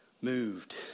moved